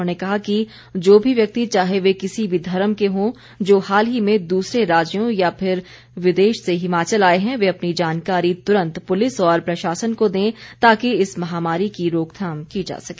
उन्होंने कहा कि जो भी व्यक्ति चाहे वे किसी भी धर्म के हों जो हाल ही में दूसरे राज्यों या फिर विदेश से हिमाचल आए हैं वे अपनी जानकारी तुरंत पुलिस और प्रशासन को दे ताकि इस महामारी की रोकथाम की जा सके